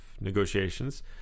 negotiations